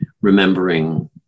remembering